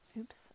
Oops